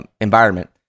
environment